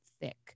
thick